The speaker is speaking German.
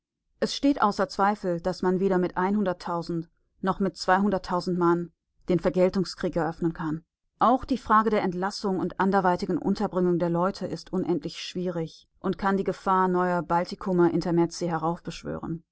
es steht außer zweifel daß man weder mit noch mit mann den vergeltungskrieg eröffnen kann auch die frage der entlassung und anderweitigen unterbringung der leute ist unendlich schwierig und kann die gefahr neuer baltikumer-intermezzi heraufbeschwören